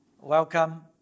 Welcome